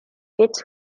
fits